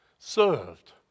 Served